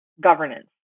governance